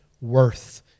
worth